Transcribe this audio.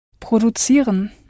Produzieren